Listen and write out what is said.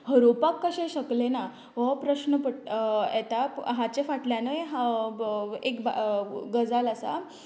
हरोवपाक कशें शकले ना हो प्रश्न पडट येता हांचे फाटल्यानय एक गजाल आसा